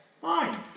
Fine